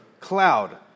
cloud